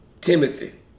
Timothy